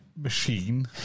machine